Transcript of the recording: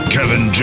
Kevin